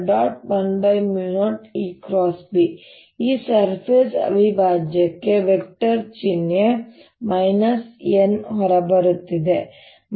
10 ಈ ಸರ್ಫೇಸ್ ಅವಿಭಾಜ್ಯಕ್ಕೆ ವೆಕ್ಟರ್ ಚಿಹ್ನೆ n ಹೊರಬರುತ್ತಿದೆ